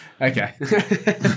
okay